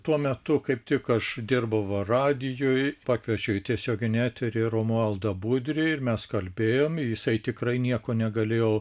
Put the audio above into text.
tuo metu kaip tik aš dirbau radijuj pakviečiau į tiesioginį eterį romualdą budrį ir mes kalbėjom jisai tikrai nieko negalėjo